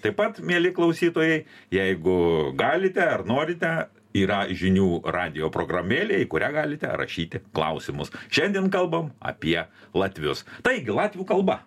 taip pat mieli klausytojai jeigu galite ar norite yra žinių radijo programėlė į kurią galite rašyti klausimus šiandien kalbam apie latvius taigi latvių kalba